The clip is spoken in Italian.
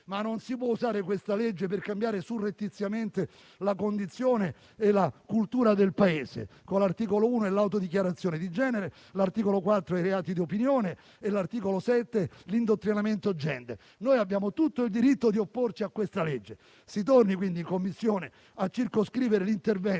Ma non si può usare questa legge per cambiare surrettiziamente la condizione e la cultura del Paese, con l'articolo 1 e l'autodichiarazione di genere, l'articolo 4 e i reati di opinione, l'articolo 7 e l'indottrinamento *gender*. Noi abbiamo tutto il diritto di opporci a questo disegno di legge. Si torni, quindi, in Commissione a circoscrivere l'intervento